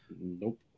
Nope